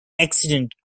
accident